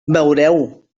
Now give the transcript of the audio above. veureu